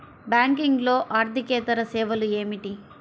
బ్యాంకింగ్లో అర్దికేతర సేవలు ఏమిటీ?